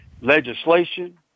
legislation